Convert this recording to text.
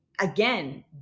again